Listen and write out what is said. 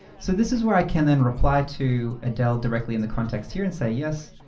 so this is where i can then reply to adele directly in the context here and say yes,